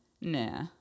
nah